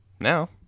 now